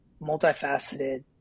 multifaceted